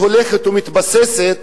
שהולכת ומתבססת